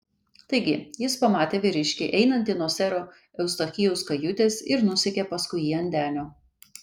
taigi jis pamatė vyriškį einantį nuo sero eustachijaus kajutės ir nusekė paskui jį ant denio